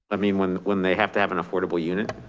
i mean when when they have to have an affordable unit,